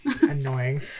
annoying